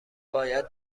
باید